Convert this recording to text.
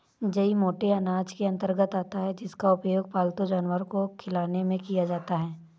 जई मोटे अनाज के अंतर्गत आता है जिसका उपयोग पालतू जानवर को खिलाने में किया जाता है